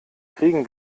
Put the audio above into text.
kriegen